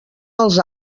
els